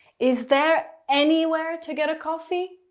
is there anywhere to get a coffee